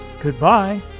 Goodbye